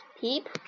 peep